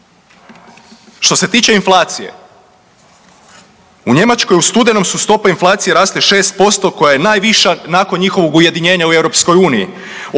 Što se tiče inflacije, u Njemačkoj u studenom su stope inflacije rasle 6% koja je najviša nakon njihovog ujedinjenja u EU.